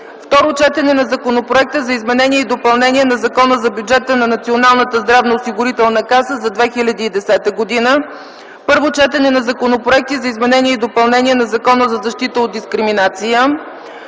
Второ четене на Законопроекта за изменение и допълнение на Закона за бюджета на Националната здравноосигурителна каса за 2010 г. 4. Първо четене на законопроекти за изменение и допълнение на Закона за защита от дискриминация.